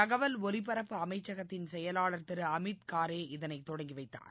தகவல் ஒலிபரப்பு அமைச்சகத்தின் செயலாளர் திரு அமித் கரே இதனை தொடங்கி வைத்தார்